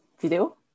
video